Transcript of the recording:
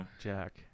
Jack